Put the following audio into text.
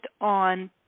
on